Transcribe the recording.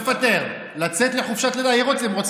שירלי פינטו לא צריכה